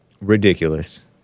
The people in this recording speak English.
Ridiculous